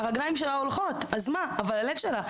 הרגליים שלה הולכות, אבל הלב שלה לא עובד היטב.